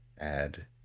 Add